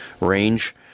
range